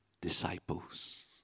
disciples